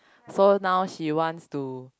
so now she wants to